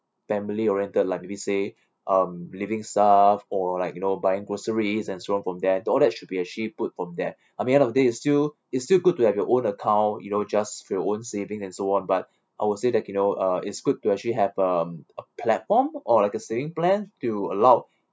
family oriented like maybe say um living stuff or like you know buying groceries and so on from there that one that should actually put from there I mean end of day is still is still good to have your own account you know just for your own savings and so on but I will say that you know uh it's good to actually have um a platform or like uh saving plan to allow